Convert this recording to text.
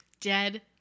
dead